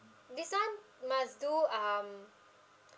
this one must do um